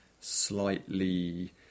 slightly